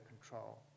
control